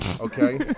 okay